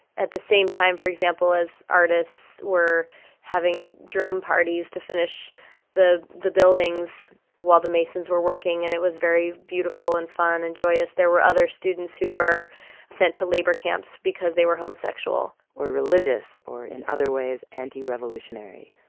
at the same time for example, as artists were having drum parties to finish the the buildings while the masons were working, and it was very beautiful and fun and joyous, there were other students who were sent to labor camps because they were homosexual or religious or in other ways anti-revolutionary.